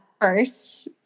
first